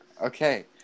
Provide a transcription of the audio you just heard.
okay